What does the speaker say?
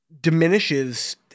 diminishes